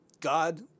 God